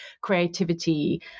creativity